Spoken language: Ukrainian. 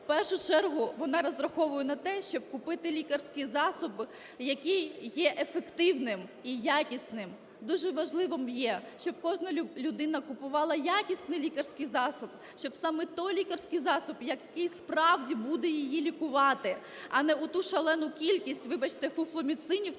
в першу чергу вона розраховує на те, щоб купити лікарський засіб, який є ефективним і якісним. Дуже важливим є, щоб кожна людина купувала якісний лікарський засіб, щоб саме той лікарський засіб, який справді буде її лікувати, а не оту шалену кількість, вибачте, "фуфломіцинів"